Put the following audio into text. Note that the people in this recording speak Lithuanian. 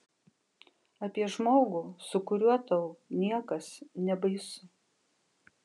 apie žmogų su kuriuo tau niekas nebaisu